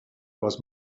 was